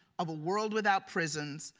of a world without prisons,